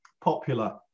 popular